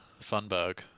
Funberg